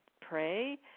pray